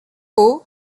haut